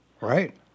Right